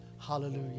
Hallelujah